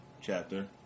chapter